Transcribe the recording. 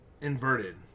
Inverted